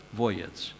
voyage